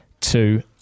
two